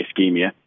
ischemia